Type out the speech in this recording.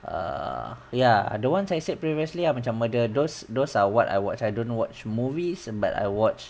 err ya the ones I said previously ah macam murder those those are what I watch I don't watch movies uh but I watch